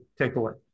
takeaway